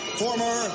former